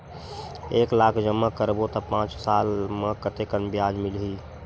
एक लाख जमा करबो त पांच साल म कतेकन ब्याज मिलही?